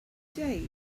days